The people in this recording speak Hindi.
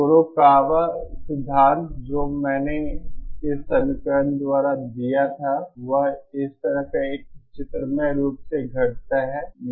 कुरोकावा सिद्धांत जो मैंने इस समीकरण द्वारा दिया था वह इस तरह एक चित्रमय रूप में घटता है